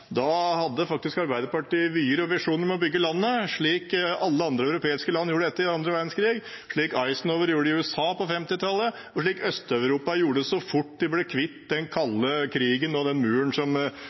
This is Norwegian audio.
Da hadde faktisk Arbeiderpartiet vyer og visjoner om å bygge landet, slik alle andre europeiske land gjorde etter annen verdenskrig, slik Eisenhower gjorde det i USA på 1950-tallet, og slik Øst-Europa gjorde så fort de ble kvitt den